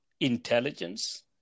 intelligence